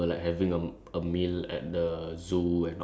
uh when like we go out as a family